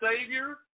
Savior